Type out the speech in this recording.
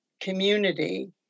community